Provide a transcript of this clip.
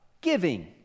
giving